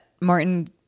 martin